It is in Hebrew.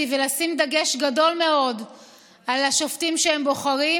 ולשים דגש גדול מאוד על השופטים שהם בוחרים,